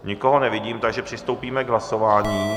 Nikoho nevidím, takže přistoupíme k hlasování.